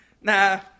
Nah